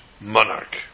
monarch